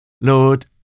Lord